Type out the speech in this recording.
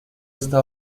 está